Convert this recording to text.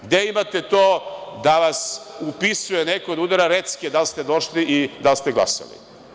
Gde imate to da vas upisuje neko, da udara recke da li ste došli i da li ste glasali?